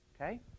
Okay